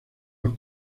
los